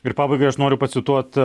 ir pabaigai aš noriu pacituot